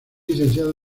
licenciado